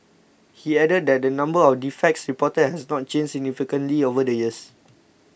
he added that the number of defects reported has not changed significantly over the years